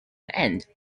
end